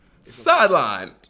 Sideline